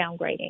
downgrading